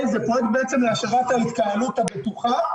זה פרויקט להשבת ההתקהלות הבטוחה